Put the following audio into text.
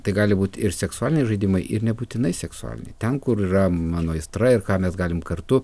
tai gali būt ir seksualiniai žaidimai ir nebūtinai seksualiniai ten kur yra mano aistra ir ką mes galim kartu